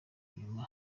inyuma